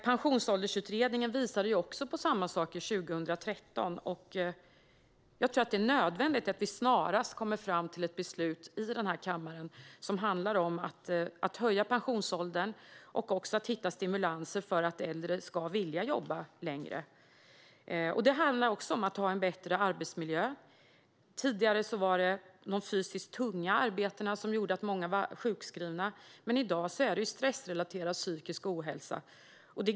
Pensionsåldersutredningen visade på samma saker 2013, och jag tror att det är nödvändigt att vi snarast kommer fram till ett beslut i den här kammaren som handlar om att höja pensionsåldern och också om att hitta stimulanser för att äldre ska vilja jobba längre. Det handlar också om att ha en bättre arbetsmiljö. Tidigare var det de fysiskt tunga arbetena som gjorde att många var sjukskrivna, men i dag är det stressrelaterad psykisk ohälsa.